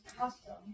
custom